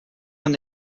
van